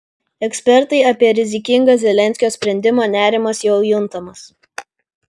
ekspertai apie rizikingą zelenskio sprendimą nerimas jau juntamas